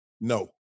No